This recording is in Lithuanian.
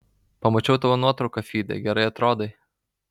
pamačiau tavo nuotrauką fyde gerai atrodai